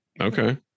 okay